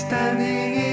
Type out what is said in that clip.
Standing